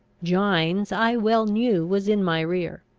gines, i well knew, was in my rear.